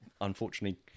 unfortunately